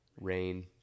rain